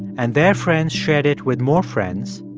and their friends shared it with more friends.